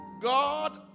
God